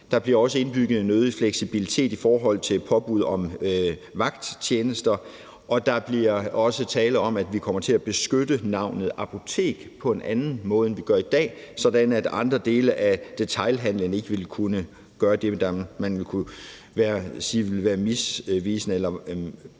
Der bliver også indbygget en øget fleksibilitet i forhold til påbud om vagttjenester, og der bliver også tale om, at vi kommer til at beskytte navnet apotek på en anden måde, end vi gør i dag, sådan at andre dele af detailhandelen ikke ville kunne hedde noget, man kunne sige ville være misvisende, og